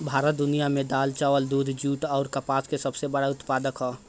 भारत दुनिया में दाल चावल दूध जूट आउर कपास के सबसे बड़ उत्पादक ह